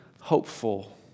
Hopeful